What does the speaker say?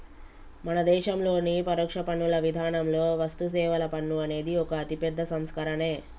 మన దేశంలోని పరోక్ష పన్నుల విధానంలో వస్తుసేవల పన్ను అనేది ఒక అతిపెద్ద సంస్కరనే